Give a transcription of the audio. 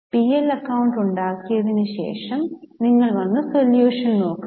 P L account ഉണ്ടാക്കിയതിന് ശേഷം നിങ്ങൾ വന്നു സൊല്യൂഷൻ നോക്കുക